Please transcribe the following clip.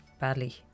badly